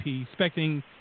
expecting